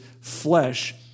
flesh